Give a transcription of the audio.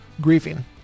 grieving